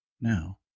now